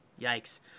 Yikes